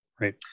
right